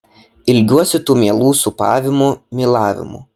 ilgiuosi tų mielų sūpavimų mylavimų